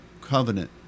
covenant